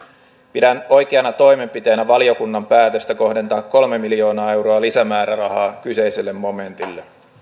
pidän oikeana toimenpiteenä valiokunnan päätöstä kohdentaa kolme miljoonaa euroa lisämäärärahaa kyseiselle momentille